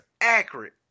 accurate